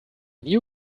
new